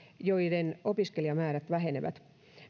joiden opiskelijamäärät vähenevät